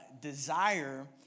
desire